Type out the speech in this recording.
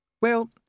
Well